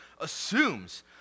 assumes